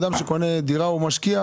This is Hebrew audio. אדם שקונה דירה הוא משקיע,